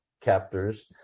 captors